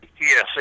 Yes